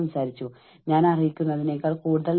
നമ്മൾ സംസാരിക്കുന്നത് ജോലിസ്ഥലത്തെ വികാരങ്ങളെക്കുറിച്ചാണ്